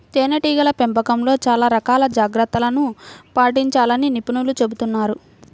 తేనెటీగల పెంపకంలో చాలా రకాల జాగ్రత్తలను పాటించాలని నిపుణులు చెబుతున్నారు